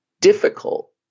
difficult